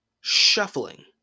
shuffling